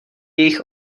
jejich